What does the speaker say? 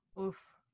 Oof